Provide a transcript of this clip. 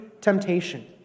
temptation